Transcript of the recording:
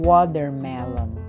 Watermelon